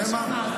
זה מה שאמרת.